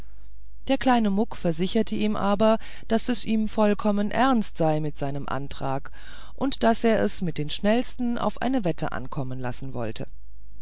der kleine muck versicherte ihn aber daß es ihm vollkommen ernst sei mit seinem antrag und daß er es mit dem schnellsten auf eine wette ankommen lassen wollte